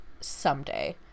someday